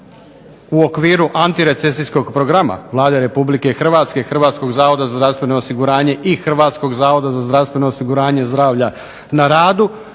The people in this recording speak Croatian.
u okviru antirecesijskog programa Vlade Republike Hrvatske, Hrvatskog zavoda za zdravstveno osiguranje, i Hrvatskog zavoda za zdravstveno osiguranje zdravlja na radu,